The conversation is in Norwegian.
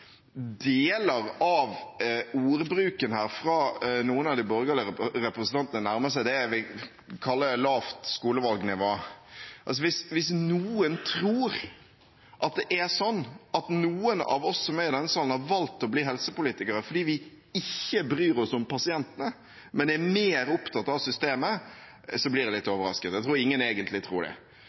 deler av ordbruken her fra noen av de borgerlige representantene nærmer seg det jeg vil kalle lavt skolevalgnivå. Hvis noen tror at det er sånn at noen av oss som er i denne salen, har valgt å bli helsepolitikere fordi vi ikke bryr oss om pasientene, men er mer opptatt av systemet, blir jeg litt overrasket. Jeg tror ingen egentlig tror det.